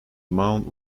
mount